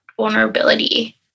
vulnerability